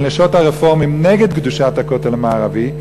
נשות הרפורמים נגד קדושת הכותל המערבי,